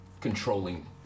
controlling